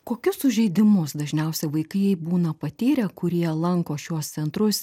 kokius sužeidimus dažniausia vaikai būna patyrę kurie lanko šiuos centrus